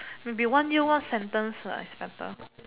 maybe one year one sentence lah is better